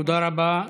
תודה רבה.